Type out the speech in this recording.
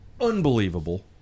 unbelievable